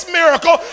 miracle